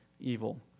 evil